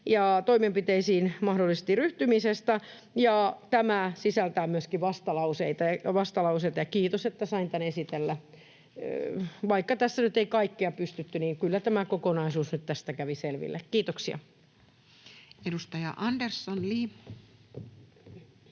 ja toimenpiteisiin mahdollisesti ryhtymisestä. Tämä sisältää myöskin vastalauseita. Kiitos, että sain tämän esitellä. Vaikka tässä nyt ei kaikkea pystytty sanomaan, niin kyllä tämä kokonaisuus nyt tästä kävi selville. — Kiitoksia. Edustaja Andersson, Li.